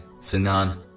Sinan